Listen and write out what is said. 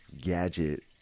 Gadget